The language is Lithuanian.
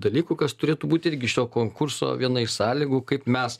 dalykų kas turėtų būti irgi šito konkurso viena iš sąlygų kaip mes